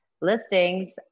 listings